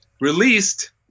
released